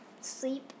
sleep